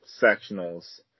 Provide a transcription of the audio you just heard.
sectionals